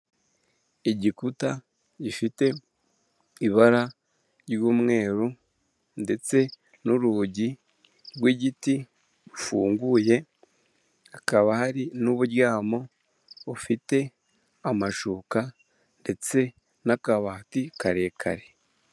Igikuta gifite ibara ry'umweru ndetse nurugi rw'igiti rufunguye hakaba hari n'uburyamo bufite amashuka ndetse n'akabati karekare.